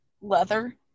leather